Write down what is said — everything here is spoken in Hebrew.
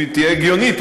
אם היא תהיה הגיונית,